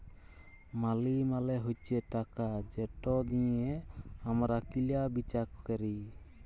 মালি মালে হছে টাকা যেট দিঁয়ে আমরা কিলা বিচা ক্যরি